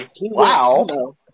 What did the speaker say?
Wow